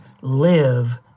live